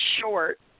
short